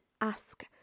ask